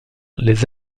les